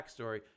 backstory